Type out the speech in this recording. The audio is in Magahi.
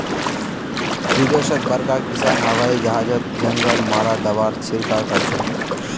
विदेशत बड़का किसान हवाई जहाजओत जंगल मारा दाबार छिड़काव करछेक